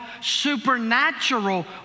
supernatural